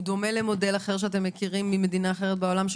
הוא דומה למודל אחר שאתם מכירים ממדינה אחרת בעולם,